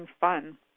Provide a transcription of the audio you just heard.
fun